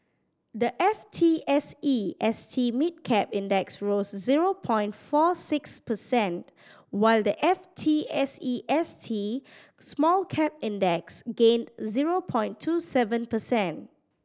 the F T S E S T Mid Cap Index rose zero point four six percent while the F T S E S T Small Cap Index gained zero point two seven percent